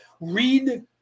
Read